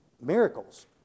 miracles